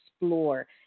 explore